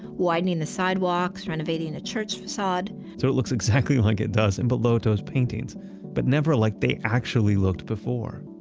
widening the sidewalks, renovating the and church facade so, it looks exactly like it does in bellotto's paintings but never like they actually looked before.